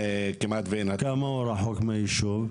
כמה הוא רחוק מהישוב?